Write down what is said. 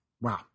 Wow